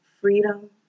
freedom